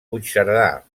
puigcerdà